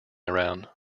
around